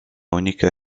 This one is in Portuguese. única